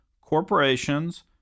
corporations